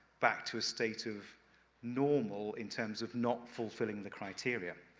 back to a state of normal, in terms of not fulfilling the criteria.